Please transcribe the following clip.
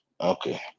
okay